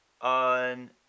on